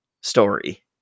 story